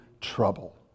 trouble